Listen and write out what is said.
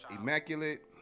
Immaculate